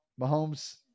Mahomes